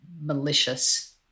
malicious